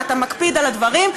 ואתה מקפיד על הדברים,